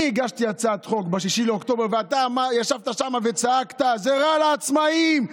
אני הגשתי הצעת חוק ב-6 באוקטובר ואתה ישבת שם וצעקת: זה רע לעצמאים,